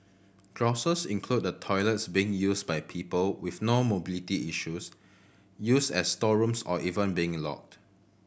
grouses include the toilets being used by people with no mobility issues used as storerooms or even being locked